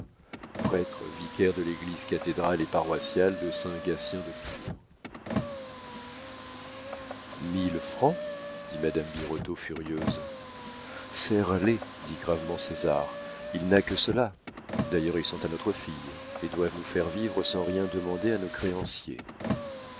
prêtre vicaire de l'église cathédrale et paroissiale de saint gatien de tours mille francs dit madame birotteau furieuse serre les dit gravement césar il n'a que cela d'ailleurs ils sont à notre fille et doivent nous faire vivre sans rien demander à nos créanciers